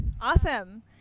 Awesome